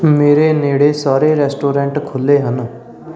ਮੇਰੇ ਨੇੜੇ ਸਾਰੇ ਰੈਸਟੋਰੈਂਟ ਖੁੱਲ੍ਹੇ ਹਨ